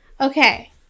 Okay